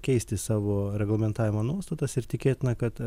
keisti savo argumentavimo nuostatas ir tikėtina kad